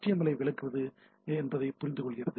L I எவ்வாறு விளக்குவது என்பதைப் புரிந்துகொள்கிறது